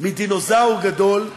מדינוזאור גדול,